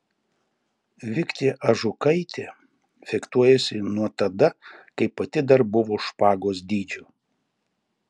viktė ažukaitė fechtuojasi nuo tada kai pati dar buvo špagos dydžio